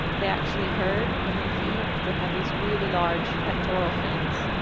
they actually herd when they feed. they have these really large pectoral fins,